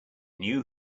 knew